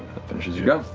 finishes your go.